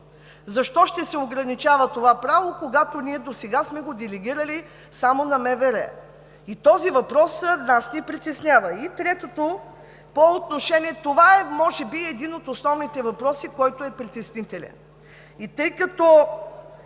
Защо ще се ограничава това право, когато ние досега сме го делегирали само на МВР? Този въпрос нас ни притеснява. Това е може би един от основните въпроси, който е притеснителен.